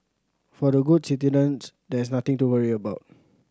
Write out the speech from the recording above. for the good citizens there is nothing to worry about